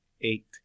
eight